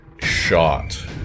shot